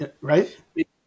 right